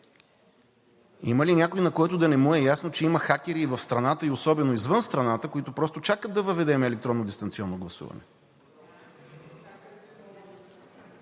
Има ли някой, на който да не му е ясно, че има хакери и в страната, и особено извън страната, които просто чакат да въведем електронно дистанционно гласуване?